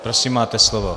Prosím, máte slovo.